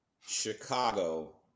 Chicago